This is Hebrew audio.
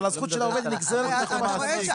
אבל הזכות של העובד נגזרת מהחובה של המעביד.